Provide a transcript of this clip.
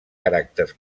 caràcters